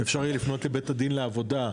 אפשר יהיה לפנות לבית הדין לעבודה,